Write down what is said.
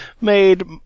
made